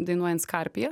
dainuojant skarpiją